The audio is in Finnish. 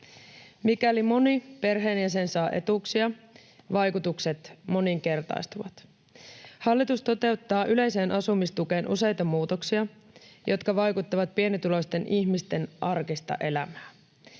Mikäli moni perheenjäsen saa etuuksia, vaikutukset moninkertaistuvat. Hallitus toteuttaa yleiseen asumistukeen useita muutoksia, jotka vaikeuttavat pienituloisten ihmisten arkista elämää.